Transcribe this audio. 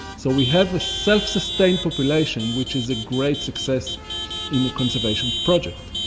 so we have a self-sustained population which is a great success in the conservation project.